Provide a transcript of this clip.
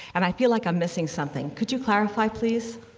and i feel like i'm missing something. could you clarify, please?